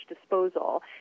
disposal